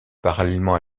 parallèlement